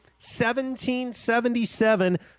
1777